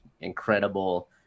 incredible